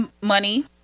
money